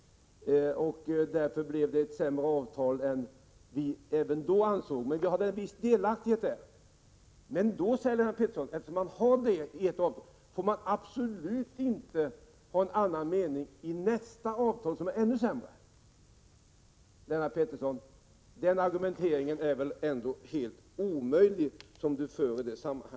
Därför blev det även då ett sämre avtal än vad vi ville ha till stånd, och det har vi en viss delaktighet i. Men eftersom vi har det får vi, när vi har kommit till insikt om att det var ett dåligt avtal, enligt Lennart Petterssons uppfattning absolut inte ha en annan mening när det gäller nästa avtal, som är ännu sämre. Det är väl tvärtom en merit, tycker jag. Den argumenteringen är alltså helt omöjlig, Lennart Pettersson.